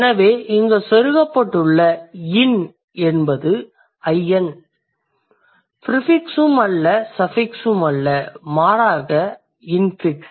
எனவே இங்கே செருகப்பட்டுள்ள 'in' என்பது ப்ரிஃபிக்ஸ் உம் அல்ல சஃபிக்ஸ் உம் அல்ல மாறாக அது இன்ஃபிக்ஸ்